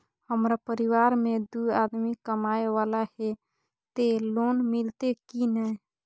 हमरा परिवार में दू आदमी कमाए वाला हे ते लोन मिलते की ने?